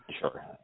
sure